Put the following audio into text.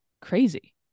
crazy